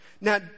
Now